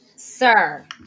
sir